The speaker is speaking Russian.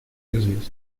известны